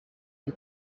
you